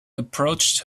approached